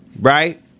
right